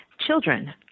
Children